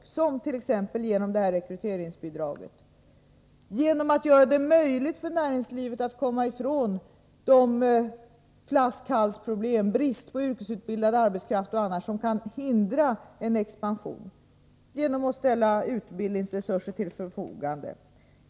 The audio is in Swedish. Detta sker t.ex. genom rekryteringsbidraget, genom att göra det möjligt för näringslivet att komma ifrån de flaskhalsproblem som finns — bristen på yrkesutbildad arbetskraft och annat — som kan hindra en expansion och genom att ställa utbildningsresurser till förfogande.